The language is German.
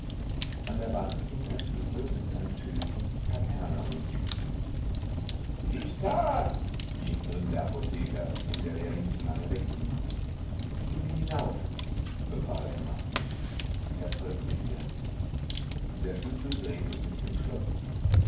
an der wand hing ein schlüssel mit einem schildchen kapernaum justin rief drinnen der apotheker dem der lehrling zu lange wegblieb gehn wir hinauf befahl emma er folgte ihr der schlüssel drehte sich im schloß